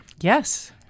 Yes